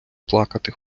плакати